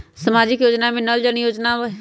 सामाजिक योजना में नल जल योजना आवहई?